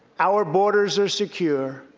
our borders are secure.